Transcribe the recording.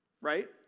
Right